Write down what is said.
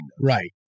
Right